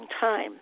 time